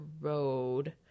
road